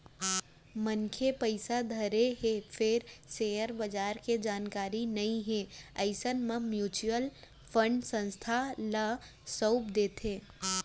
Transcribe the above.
मनसे पइसा धरे हे फेर सेयर बजार के जानकारी नइ हे अइसन म म्युचुअल फंड संस्था ल सउप देथे